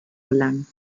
gelangen